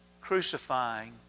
crucifying